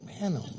Man